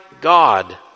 God